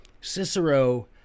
Cicero